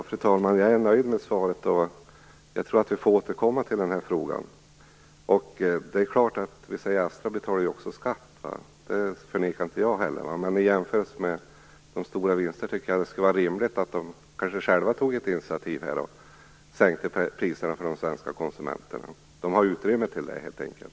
Fru talman! Jag är nöjd med svaret. Jag tror att vi får återkomma till den här frågan. Det är klart att Astra också betalar skatt, det förnekar jag inte. Men i jämförelse med de stora vinsterna tycker jag att det skulle vara rimligt om de själva kanske tog ett initiativ och sänkte priserna för de svenska konsumenterna. Det finns utrymme för det, helt enkelt.